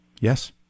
Yes